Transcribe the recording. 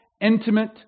intimate